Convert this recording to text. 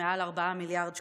מעל 4 מיליארד שקלים,